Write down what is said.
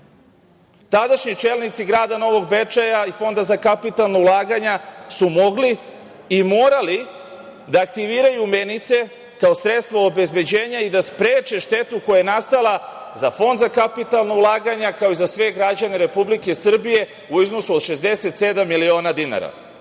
tadašnji čelnici Grada Novog Bečeja i Fonda za kapitalna ulaganja su mogli i morali da aktiviraju menice kao sredstvo obezbeđenja i da spreče štetu koja je nastala za Fond za kapitalna ulaganja, kao i za sve građane Republike Srbije u iznosu od 67 miliona dinara. Takođe,